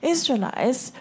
Israelites